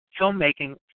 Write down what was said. filmmaking